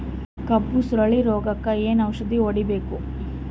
ಕಬ್ಬು ಸುರಳೀರೋಗಕ ಏನು ಔಷಧಿ ಹೋಡಿಬೇಕು?